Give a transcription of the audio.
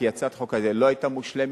כי הצעת החוק הזאת לא היתה מושלמת,